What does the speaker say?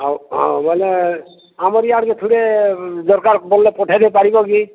ହଉ ଆଉ ମାନେ ଆମରି ଆଡ଼େ ଖଣ୍ଡେ ଦରକାର ଭଲ ପଠେଇ ଦେଇ ପାରିବ କି